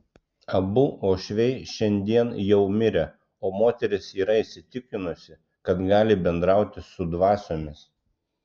abu uošviai šiandien jau mirę o moteris yra įsitikinusi kad gali bendrauti su dvasiomis